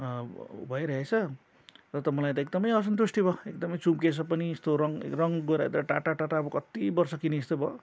भइरहेछ र त मलाई त एकदमै असन्तुष्टि भयो एकदमै चुम्केछ पनि यस्तो रङ रङ गएर टाटा टाटा अब कति वर्ष किने जस्तो भयो